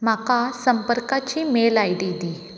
म्हाका संपर्काची mail I D the